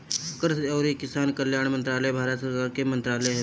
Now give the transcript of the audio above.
कृषि अउरी किसान कल्याण मंत्रालय भारत सरकार के मंत्रालय हवे